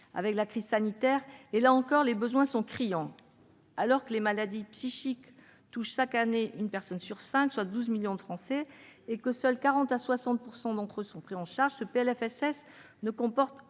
avec la crise sanitaire et, là encore, les besoins sont criants. Alors que les maladies psychiques touchent chaque année une personne sur cinq, soit 12 millions de Français, dont seuls 40 % à 60 % d'entre eux sont pris en charge, ce PLFSS ne comporte